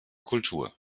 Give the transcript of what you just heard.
kultur